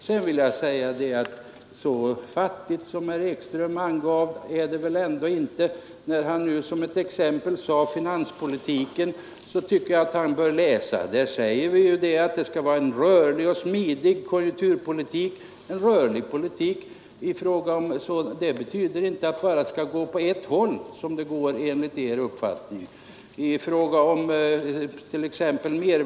Så fattigt som herr Ekström angav är väl ändå inte innehållet i reservationen 1. När han som ett exempel angav finanspolitiken tycker jag att han borde läsa vad det står. Vi anför att det skall vara en ”rörlig och smidig konjunkturpolitik”. En rörlig politik betyder inte att förändringar bara skall företas åt ett håll, vilket tycks vara er uppfattning.